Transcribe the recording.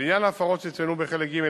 לעניין ההפרות שצוינו בחלק ג',